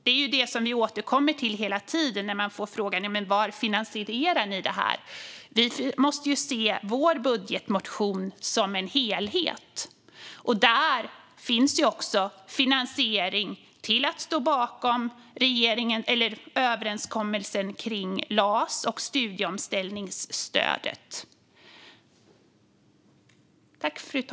Det är detta som vi återkommer till hela tiden när vi får frågan hur vi har finansierat detta. Vi måste se vår budgetmotion som en helhet. Där finns också finansiering till att stå bakom överenskommelsen om LAS och omställningsstudiestödet.